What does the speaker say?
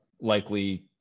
likely